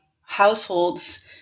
households